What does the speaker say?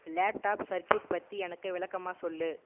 laptop circuit பற்றி எனக்கு விளக்கமாக சொல்